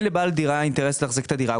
אין לבעל דירה אינטרס לתחזק את הדירה;